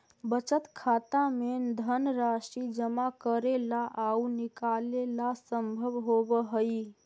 बचत खाता में धनराशि जमा करेला आउ निकालेला संभव होवऽ हइ